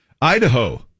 Idaho